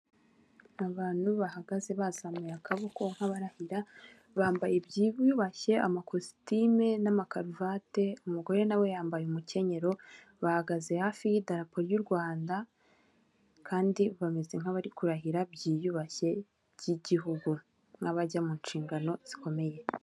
Umuhanda ukoze neza hagati harimo umurongo w'umweru wihese, umuntu uri ku kinyabiziga cy'ikinyamitende n'undi uhagaze mu kayira k'abanyamaguru mu mpande zawo hari amazu ahakikije n'ibyuma birebire biriho insinga z'amashanyarazi nyinshi.